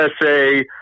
USA